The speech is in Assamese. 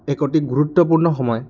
এক অতি গুৰুত্বপূৰ্ণ সময়